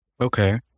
Okay